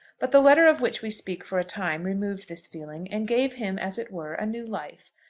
but the letter of which we speak for a time removed this feeling, and gave him, as it were, a new life.